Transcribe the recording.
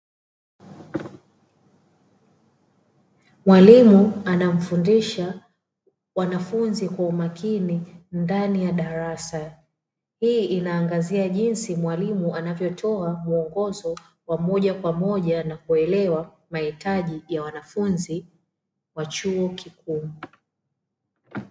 Mwalimu anawafundisha wanafunzi kwa umakini ndani ya darasa. Hii inaangazia jinsi mwalimu anavyotoa mwongozo wa moja kwa moja na kuelewa mahitaji ya wanafunzi wa chuo kikuu.